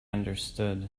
understood